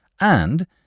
and